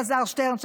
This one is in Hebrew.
אלעזר שטרן,